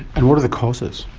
and what are the causes?